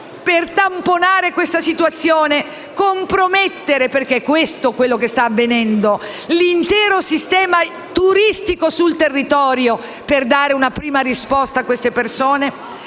Per tamponare questa situazione, possiamo compromettere - questo è ciò che sta avvenendo - il sistema turistico sul territorio per dare una prima risposta a queste persone?